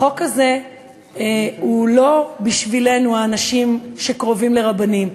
החוק הזה הוא לא בשבילנו, האנשים שקרובים לרבנים.